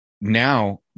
Now